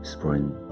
Spring